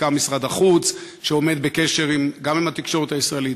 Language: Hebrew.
בעיקר משרד החוץ שעומד בקשר גם עם התקשורת הישראלית,